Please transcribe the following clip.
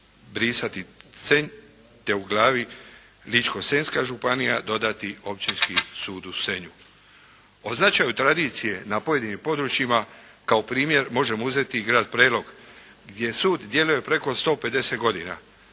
brisati Senj, te u glavi Ličko-senjska županija dodati Općinski sud u Senju. O značaju tradicije na pojedinim područjima kao primjer možemo uzeti i Grad Prelog gdje sud djeluje preko 150 godina,